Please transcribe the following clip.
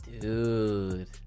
dude